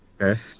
Okay